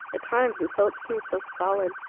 at times his hopes seemed so solid.